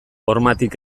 hormatik